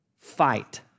fight